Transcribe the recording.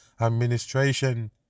administration